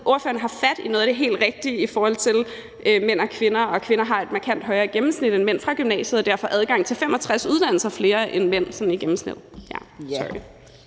ordføreren har fat i noget af det helt rigtige i forhold til mænd og kvinder, og i forhold til at kvinder har et markant højere gennemsnit fra gymnasiet end mænd og derfor adgang til 65 uddannelser mere end mænd sådan i gennemsnit